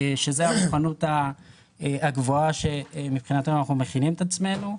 שזה המוכנות הגבוהה שמבחינתנו אנחנו מכינים את עצמנו.